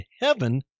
heaven